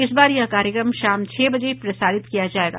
इस बार यह कार्यक्रम शाम छह बजे प्रसारित किया जाएगा